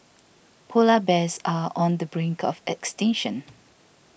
Polar Bears are on the brink of extinction